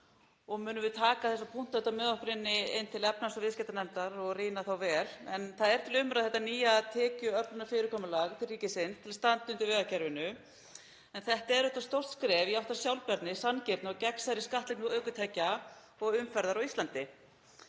og munum við taka þessa punkta með okkur inn til efnahags- og viðskiptanefndar og rýna þá vel. Það er til umræðu þetta nýja tekjuöflunarfyrirkomulag til ríkisins til að standa undir vegakerfinu. Þetta er stórt skref í átt að sjálfbærni, sanngirni og gegnsærri skattlagningu ökutækja og umferðar á Íslandi.